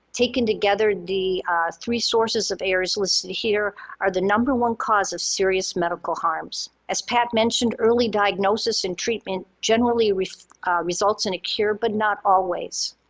taken together the three sources of errors listed here are the number one cause of serious medical harms. as pat mentioned, early diagnosis and treatment generally results in a cure but not always.